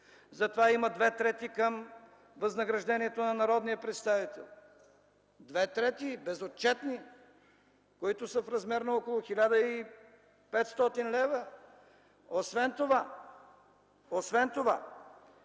за това има 2/3 към възнаграждението на народния представител – 2/3 – безотчетни, които са в размер на около 1500 лева. Освен това, всеки човек